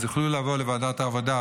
אז יוכלו לבוא לוועדת העבודה,